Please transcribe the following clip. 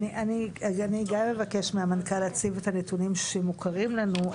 אני גם אבקש מהמנכ"ל להציג את הנתונים שמוכרים לנו.